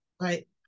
Right